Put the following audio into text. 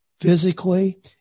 physically